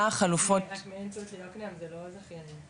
רק מעין תות ליקנעם זה לא זכיינים,